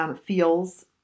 feels